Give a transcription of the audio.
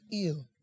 ill